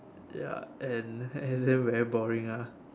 ya and and then very boring ah